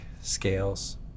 scales